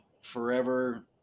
forever